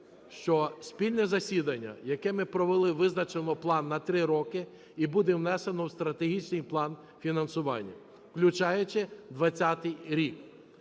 що спільне засідання, яке ми провели, визначило план на 3 роки і буде внесено в стратегічний план фінансування, включаючи 20-й рік.